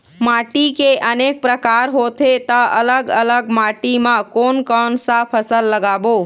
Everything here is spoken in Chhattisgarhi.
माटी के अनेक प्रकार होथे ता अलग अलग माटी मा कोन कौन सा फसल लगाबो?